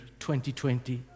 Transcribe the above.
2020